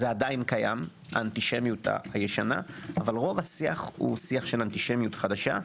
זה עדיין קיים האנטישמיות הישנה אבל רוב השיח הוא של אנטישמיות חדשה.